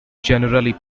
generally